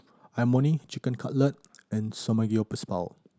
Imoni Chicken Cutlet and Samgyeopsal